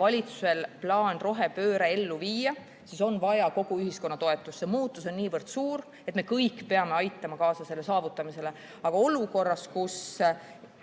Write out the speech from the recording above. valitsusel on plaan rohepööre ellu viia, siis on vaja kogu ühiskonna toetust. See muutus on niivõrd suur, et me kõik peame aitama kaasa selle saavutamisele. Aga olukorras, kus